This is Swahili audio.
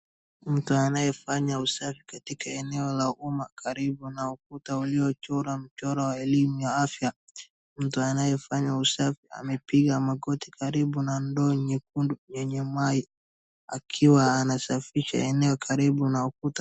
Mtu anayefanya usafi katika eneo la umma karibu na ukuta uliochorwa mchoro wa elimu ya afya. Mtu anayefanya usafi amepiga magoti karibu na ndo nyekundu yenye maji akiwa anasafisha eneo karibu na ukuta.